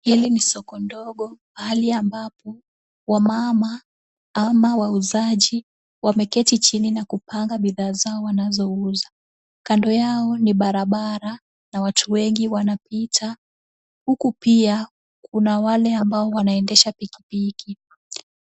Hili ni soko ndogo pahali ambapo wamama ama wauzaji wameketi chini na kupanga bidhaa zao wanazouza. Kando yao ni barabara na watu wengi wanapita . Huku pia kuna wale ambao wanaendesha pikipiki.